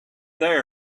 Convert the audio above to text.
there